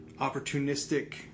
opportunistic